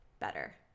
Better